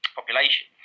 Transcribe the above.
population